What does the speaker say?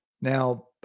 Now